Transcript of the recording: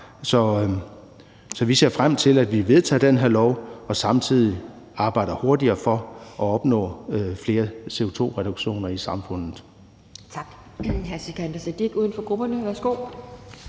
Så vi ser frem til, at vi vedtager det her lovforslag og samtidig arbejder hurtigere for at opnå flere CO2-reduktioner i samfundet. Kl.